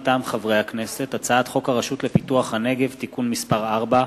מטעם הכנסת: הצעת חוק הרשות לפיתוח הנגב (תיקון מס' 4)